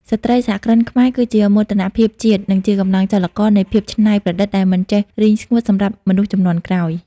ស្ត្រីសហគ្រិនខ្មែរគឺជាមោទនភាពជាតិ និងជាកម្លាំងចលករនៃភាពច្នៃប្រឌិតដែលមិនចេះរីងស្ងួតសម្រាប់មនុស្សជំនាន់ក្រោយ។